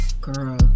Girl